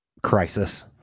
crisis